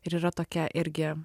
ir yra tokia irgi